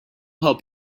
help